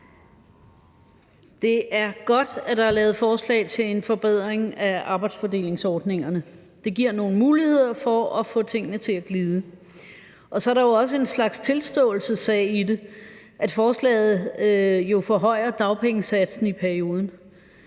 Det er godt, at der er lavet forslag til en forbedring af arbejdsfordelingsordningerne. Det giver nogle muligheder for at få tingene til at glide. Så er der jo også en slags tilståelsessag i det, nemlig at forslaget forhøjer dagpengesatsen i perioden.